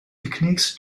techniques